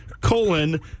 colon